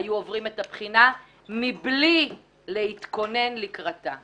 היו עוברים את הבחינה מבלי להתכונן לקראתה.